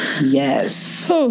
Yes